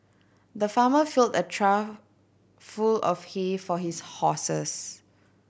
the farmer filled a trough full of hay for his horses